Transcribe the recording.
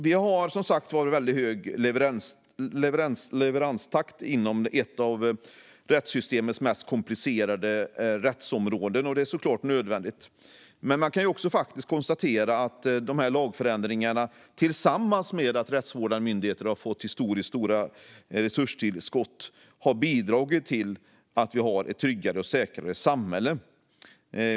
Vi har som sagt var en väldigt hög leveranstakt inom ett av rättssystemets mest komplicerade rättsområden, och det är såklart nödvändigt. Men man kan också konstatera att de här lagändringarna, tillsammans med att rättsvårdande myndigheter har fått historiskt stora resurstillskott, har bidragit till att vi har ett tryggare och säkrare samhälle.